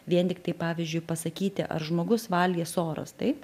vien tiktai pavyzdžiui pasakyti ar žmogus valgė soras taip